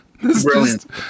Brilliant